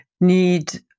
need